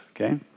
okay